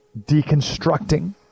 deconstructing